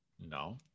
No